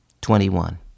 Twenty-one